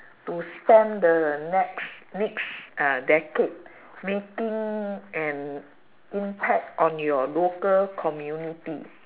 to spend the next next uh decade making an impact on your local community